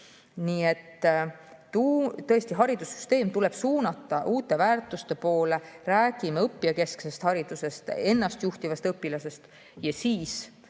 Tõesti, haridussüsteem tuleb suunata uute väärtuste poole. Me räägime õppijakesksest haridusest, ennastjuhtivast õpilasest. Siis